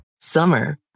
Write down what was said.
Summer